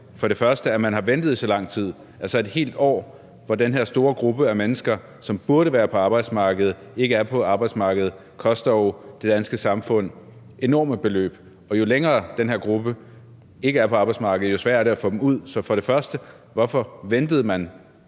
jo, det er ærgerligt, at man har ventet i så lang tid, altså et helt år, hvor den her store gruppe af mennesker, som burde være på arbejdsmarkedet, ikke er på arbejdsmarkedet – det koster jo det danske samfund enorme beløb. Og jo længere den her gruppe ikke er på arbejdsmarkedet, jo sværere er det at få dem ud. Så for det første: Hvorfor ventede man